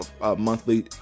monthly